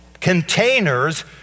Containers